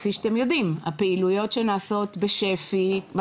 כפי שאתם יודעים הפעילויות שנעשות בשירות פסיכולוגי ייעוצי ומה